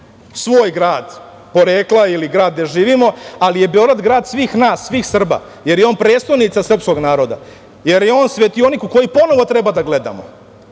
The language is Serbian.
svoj grad porekla ili grad gde živimo, ali je Beograd grad svih nas, svih Srba, jer je on prestonica srpskog naroda, jer je on svetionik u koji ponovo treba da gledamo.